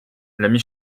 l’ami